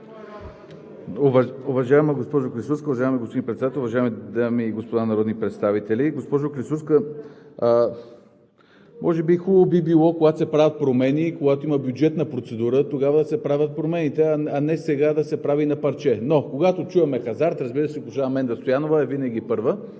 когато чуем хазарт, разбира се, госпожа Менда Стоянова е винаги първа.